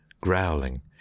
growling